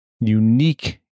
unique